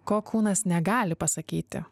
ko kūnas negali pasakyti